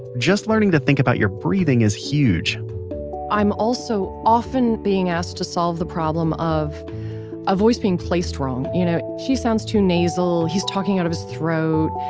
just learning to think about your breathing is huge i'm also often being asked to solve the problem of a voice being placed wrong. you know? she sounds too nasal, he's talking out of his throat,